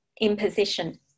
imposition